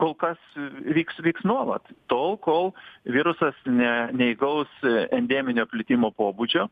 kol kas vyks vyks nuolat tol kol virusas ne neįgaus endeminio plitimo pobūdžio